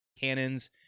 cannons